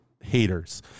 haters